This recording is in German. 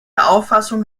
auffassung